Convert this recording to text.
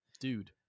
dude